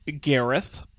Gareth